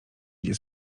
idzie